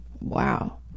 wow